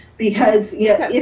because yeah.